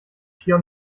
schier